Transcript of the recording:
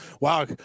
Wow